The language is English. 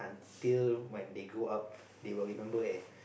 till when they grow up they will remember and